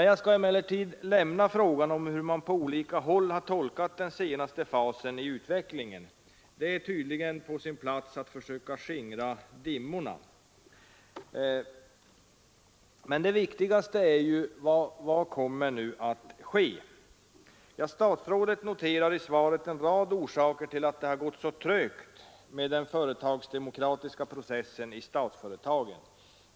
Jag skall emellertid lämna frågan om hur man på olika håll har tolkat den senaste fasen i utvecklingen. Det är tydligen på sin plats att försöka skingra dimmorna. Det viktigaste är ju vad som nu kommer att ske. Ja, statsrådet noterar i svaret en rad orsaker till att det har gått så trögt med den företagsdemokratiska processen i statsföretagen.